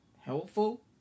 helpful